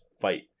fight